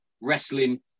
wrestling